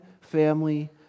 family